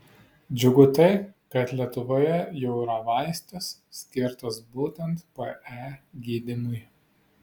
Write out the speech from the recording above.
džiugu tai kad lietuvoje jau yra vaistas skirtas būtent pe gydymui